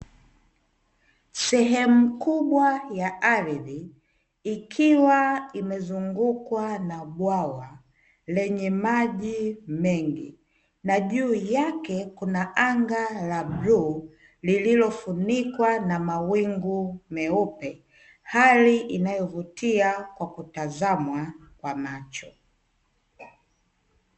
Sehemu kubwa ya ardhi ikiwa imezungukwa na bwawa, lenye maji mengi na juu yake kuna anga la bluu lililofunikwa na mawingu meupe, hali inayovutia kwa kutazamwa kwa macho.